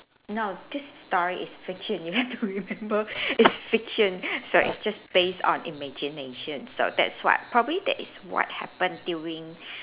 no this story is fiction you have to remember is fiction so it's just based on imagination so that's what probably that is what happen during